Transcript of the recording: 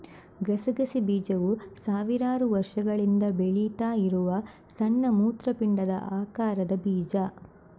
ಗಸಗಸೆ ಬೀಜವು ಸಾವಿರಾರು ವರ್ಷಗಳಿಂದ ಬೆಳೀತಾ ಇರುವ ಸಣ್ಣ ಮೂತ್ರಪಿಂಡದ ಆಕಾರದ ಬೀಜ